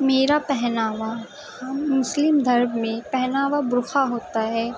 میرا پہناوا ہم مسلم دھرم میں پہناوا برقعہ ہوتا ہے